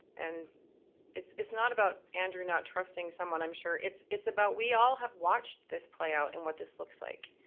and it's it's not about andrew not trusting someone, i'm sure. it's it's about we all have watched this play out and what this looks like.